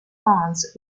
bonds